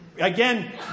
again